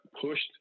pushed